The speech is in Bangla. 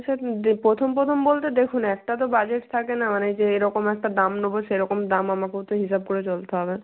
সে প্রথম প্রথম বলতে দেখুন একটা তো বাজেট থাকে না মানে যে এরকম একটা দাম নেব সেরকম দাম আমাকেও তো হিসাব করে চলতে হবে